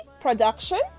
production